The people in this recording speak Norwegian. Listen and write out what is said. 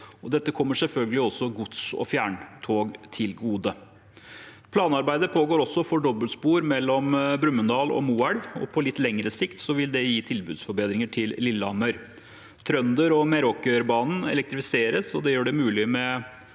selvfølgelig også gods- og fjerntog til gode. Planarbeidet pågår også for dobbeltspor mellom Brumunddal og Moelv, og på litt lengre sikt vil det gi tilbudsforbedringer til Lillehammer. Trønder- og Meråkerbanen elektrifiseres, og det gjør det mulig med